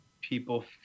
people